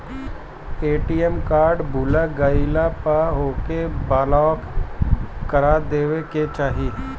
ATM card भूला गईला पअ ओके ब्लाक करा देवे के चाही